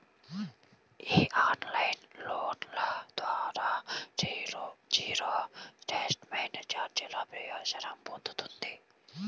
ఈ ఆన్లైన్ లోన్ల ద్వారా జీరో స్టేట్మెంట్ ఛార్జీల ప్రయోజనం పొందొచ్చు